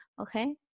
Okay